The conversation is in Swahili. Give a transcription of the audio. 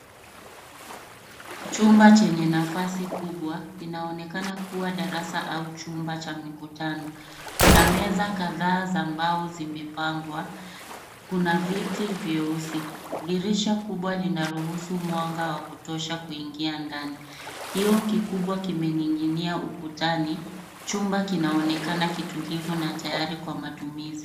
Chumba chenye nafasi kubwa inaonekana kuwa darasa au chumba cha mikutano. Kuna meza kadhaa za mbao zimepangwa. Kuna viti vyeusi, dirisha kubwa linaruhusu mwanga wa kutosha kuingia ndani. Kioo kikubwa kimening'inia ukutani. Chumba kinaonekana kitulivu na tayari kwa matumizi.